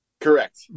Correct